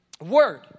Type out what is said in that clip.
word